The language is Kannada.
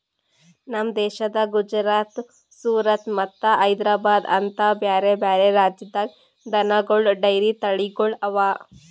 ನಮ್ ದೇಶದ ಗುಜರಾತ್, ಸೂರತ್ ಮತ್ತ ಹೈದ್ರಾಬಾದ್ ಅಂತ ಬ್ಯಾರೆ ಬ್ಯಾರೆ ರಾಜ್ಯದಾಗ್ ದನಗೋಳ್ ಡೈರಿ ತಳಿಗೊಳ್ ಅವಾ